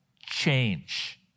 change